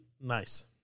nice